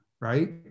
right